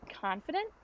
confident